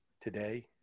Today